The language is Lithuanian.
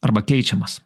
arba keičiamas